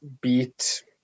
beat